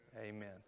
Amen